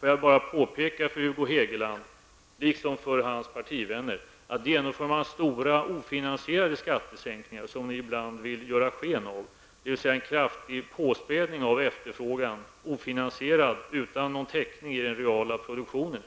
Får jag bara påpeka för Hugo Hegeland, liksom för hans partivänner, att genomför man stora, ofinansierade skattesänkningar som ni ibland tycks vilja göra, dvs. en kraftig påspädning av efterfrågan ofinansierad utan någon täckning i den reala produktionen,